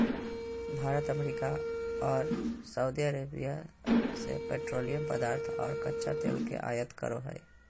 Bharat America आर सऊदीअरब से पेट्रोलियम पदार्थ आर कच्चा तेल के आयत करो हय